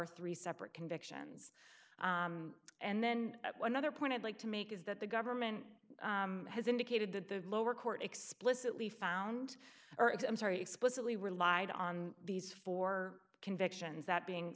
are three separate convictions and then one other point i'd like to make is that the government has indicated that the lower court explicitly found or it's i'm sorry explicitly relied on these four convictions that being